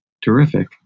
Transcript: Terrific